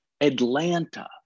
Atlanta